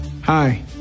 Hi